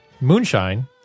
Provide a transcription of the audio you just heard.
Moonshine